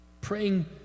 Praying